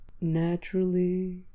naturally